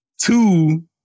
Two